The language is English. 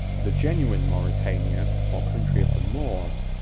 the genuine mauritania, or country of the moors,